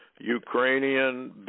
Ukrainian